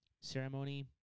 Ceremony